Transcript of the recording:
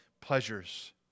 pleasures